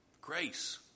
Grace